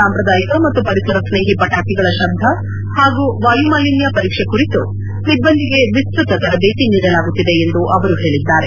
ಸಾಂಪ್ರದಾಯಿಕ ಮತ್ತು ಪರಿಸರಸ್ನೇಹಿ ಪಟಾಕಿಗಳ ಶಬ್ದ ಮತ್ತು ವಾಯುಮಾಲಿನ್ತ ಪರೀಕ್ಷೆ ಕುರಿತು ಸಿಬ್ದಂದಿಗೆ ವಿಸ್ತತ ತರಬೇತಿ ನೀಡಲಾಗುತ್ತಿದೆ ಎಂದು ಅವರು ಹೇಳಿದ್ದಾರೆ